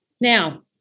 now